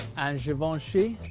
and givenchy.